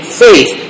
faith